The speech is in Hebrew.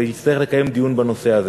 ונצטרך לקיים דיון בנושא הזה.